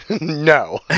No